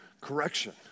correction